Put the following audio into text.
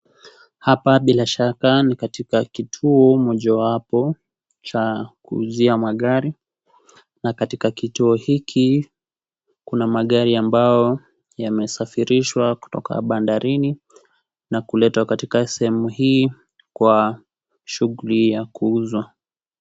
Hapa bila shaka ni kituo mojawapo cha kuuzia magari, na katika kituo hiki kuna magari ambayo yamesafirishwa kutoka bandarini na kuletwa katika sehemu hii kwa shughuli ya kuuzwa.